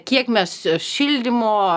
kiek mes šildymo